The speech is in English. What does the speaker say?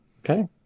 Okay